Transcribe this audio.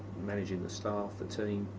managing the staff, the team.